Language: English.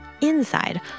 inside